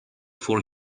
for